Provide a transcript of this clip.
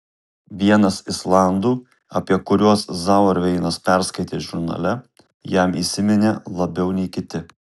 vienas islandų apie kuriuos zauerveinas perskaitė žurnale jam įsiminė labiau nei kiti